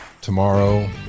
tomorrow